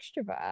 extrovert